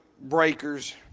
breakers